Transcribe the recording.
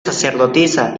sacerdotisa